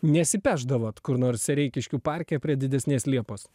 nesipešdavot kur nors sereikiškių parke prie didesnės liepos